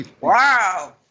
Wow